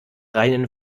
reinen